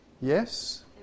Yes